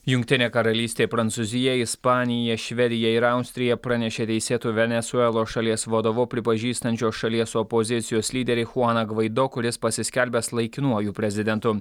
jungtinė karalystė prancūzija ispanija švedija ir austrija pranešė teisėtu venesuelos šalies vadovu pripažįstančios šalies opozicijos lyderį chuaną gvaido kuris pasiskelbęs laikinuoju prezidentu